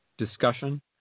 discussion